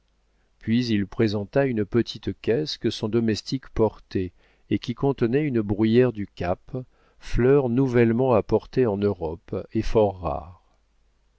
puis il présenta une petite caisse que son domestique portait et qui contenait une bruyère du cap fleur nouvellement apportée en europe et fort rare